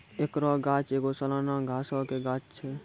एकरो गाछ एगो सलाना घासो के गाछ छै